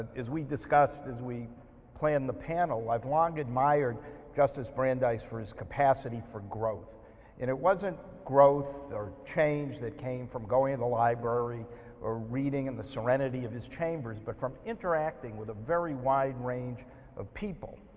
as we discussed, as we planned the panel, i've long admired justice brandeis for his capacity for growth and it wasn't growth or change that came from going to the library or reading in the serenity of his chambers, but from interacting with a very wide range of people.